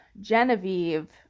Genevieve